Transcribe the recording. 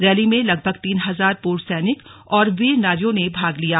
rally में लगभग तीन हजार पूर्व सैनिक और वीर नारियों ने भाग लिया